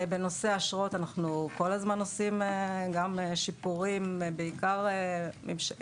אנחנו עושים כל הזמן שיפורים בנושא אשרות.